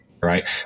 right